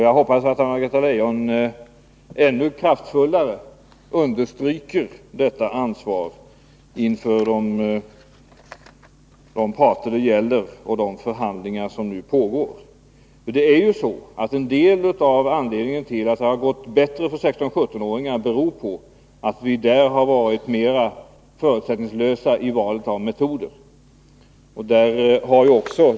Jag hoppas att Anna-Greta Leijon ännu kraftfullare understryker detta ansvar inför de parter det gäller och de förhandlingar som nu pågår. Det är ju så, att en del av anledningen till att det har gått bättre för 16-17-åringarna är att vi när det gäller dem har varit mer förutsättningslösa i valet av metoder.